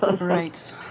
right